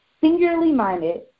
singularly-minded